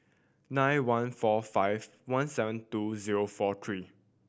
nine one four five one seven two zero four three